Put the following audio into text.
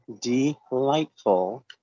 delightful